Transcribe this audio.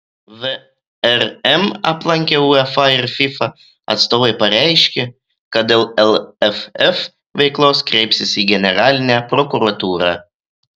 vrm aplankę uefa ir fifa atstovai pareiškė kad dėl lff veiklos kreipsis į generalinę prokuratūrą